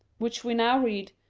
which we now read.